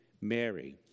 Mary